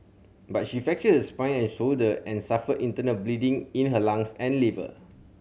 but she fractured spine and shoulder and suffered internal bleeding in her lungs and liver